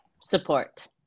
Support